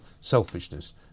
selfishness